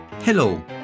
Hello